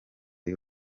y’u